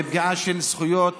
בפגיעה בזכויות